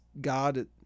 God